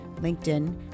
LinkedIn